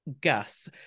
Gus